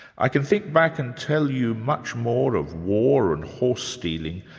i can think back and tell you much more of war and horse stealing,